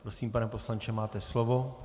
Prosím, pane poslanče, máte slovo.